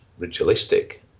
ritualistic